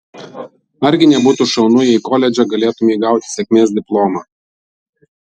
argi nebūtų šaunu jei koledže galėtumei gauti sėkmės diplomą